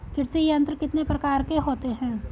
कृषि यंत्र कितने प्रकार के होते हैं?